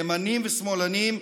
ימנים ושמאלנים,